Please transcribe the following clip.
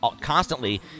constantly